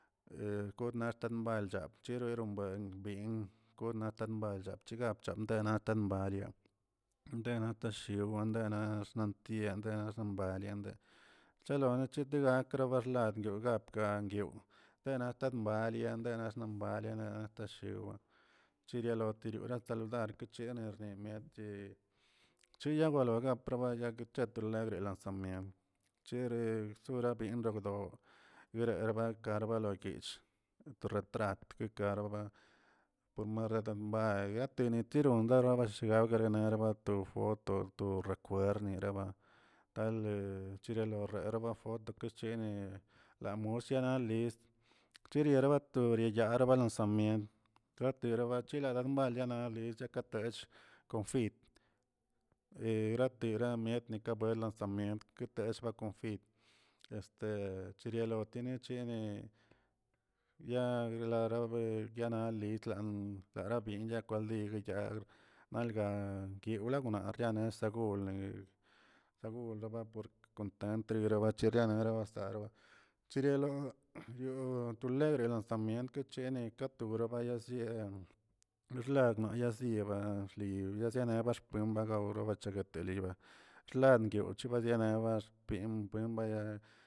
Kortnat chbalchaa cherorombeng yen tonganatamballaa ligapchantena mbaria dena teshiwandaa na xnatiendenax baliandə cheloni chetega krabaxloga dyoga gangyew denat dtembali denam xdembalina natashiwee chtiria chsane saludar cheneme xmietchi chiyawaloga parmat eguechetrolariba samient chere rabien dokdoo guererba karga logyich to rettratke garoba por marendobay teren tirondaa nabashiagaradet rebato form tor to rekwerd raba talə chelo lorerarba tokechinee la mushienali chirierabatori narabalo samient raterabachilat mbalianli lakatech konfit he ratera mietni landa samient ketesba konfit este chirialotenich ne yaglarabae na litlan lara kwildya kwaldili malga yoglarniet galnes yogolne yagul raba porke content trebacheriana sarba chirialoo yoo tu legrena nsaa mient kechen katꞌ wyorabaya zieꞌ xlamayabiziebaa anzi nazieneraxba bagaw rebacheguet liba langyow chebachenet axpin buen baya.